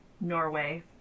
norway